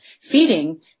feeding